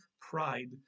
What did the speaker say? pride